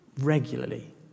regularly